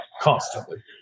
constantly